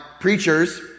preachers